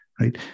right